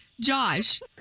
Josh